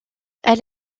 elle